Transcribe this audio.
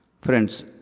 Friends